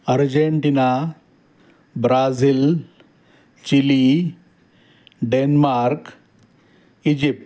Argentina Brazil Chile Denmark Egypt